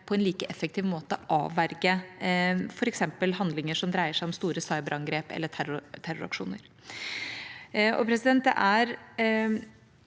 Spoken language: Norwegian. på en like effektiv måte avverge f.eks. handlinger som dreier seg om store cyberangrep eller terroraksjoner.